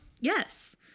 Yes